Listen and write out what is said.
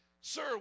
sir